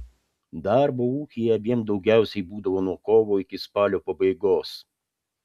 darbo ūkyje abiem daugiausiai būdavo nuo kovo iki spalio pabaigos